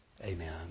Amen